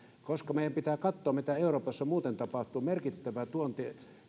meidän pitää katsoa mistä euroopassa muuten tapahtuu merkittävää tuontia